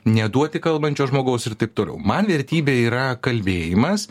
neduoti kalbančio žmogaus ir taip toliau man vertybė yra kalbėjimas